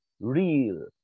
real